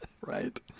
right